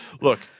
Look